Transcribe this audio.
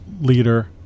leader